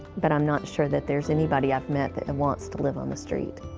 but i'm not sure that there's anybody i've met that and wants to live on the street.